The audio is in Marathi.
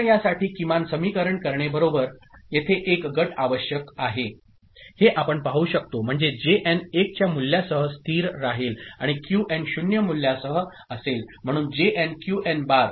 आता यासाठी किमान समीकरण करणे बरोबर येथे एक गट आवश्यक आहे हे आपण पाहू शकतो म्हणजे जेएन 1 च्या मूल्ल्या सह स्थिर राहील आणि क्यूएन 0 मूल्ल्या सह असेल म्हणून जेएन क्यूएन बार